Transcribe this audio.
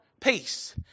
peace